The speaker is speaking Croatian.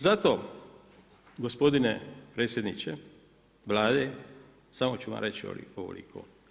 Zato, gospodine predsjedniče Vlade, samo ću vam reći ovoliko.